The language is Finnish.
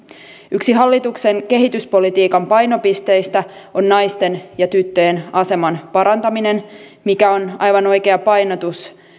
yksi hallituksen kehityspolitiikan painopisteistä on naisten ja tyttöjen aseman parantaminen mikä on aivan oikea painotus